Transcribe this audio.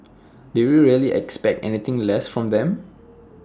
did you really expect anything less from them